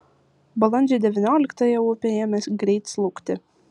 balandžio devynioliktąją upė ėmė greit slūgti